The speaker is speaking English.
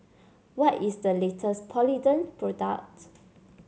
what is the latest Polident product